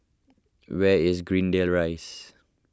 where is Greendale Rise